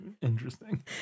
Interesting